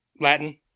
Latin